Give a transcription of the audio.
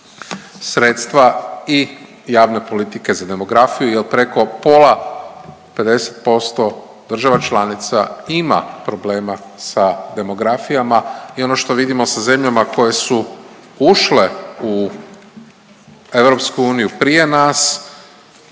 sredstva i javne politike za demografiju jer preko pola, 50% država članica ima problema sa demografijama i ono što vidimo sa zemljama koje su ušle u EU prije nas,